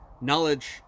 knowledge